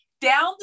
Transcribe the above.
down